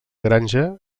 granja